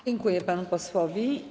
Dziękuję panu posłowi.